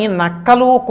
nakalu